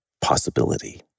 possibility